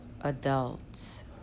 adults